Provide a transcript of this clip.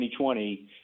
2020